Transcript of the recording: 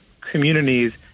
communities